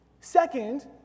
Second